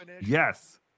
Yes